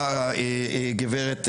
אמרה